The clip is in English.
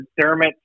Dermot